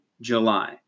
July